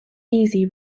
easy